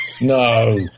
No